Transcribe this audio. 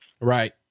Right